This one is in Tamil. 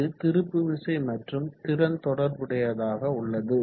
அது திருப்பு விசை மற்றும் திறன் தொடர்புடையதாக உள்ளது